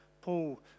Paul